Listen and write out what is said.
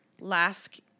last